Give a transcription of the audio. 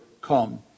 come